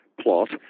plot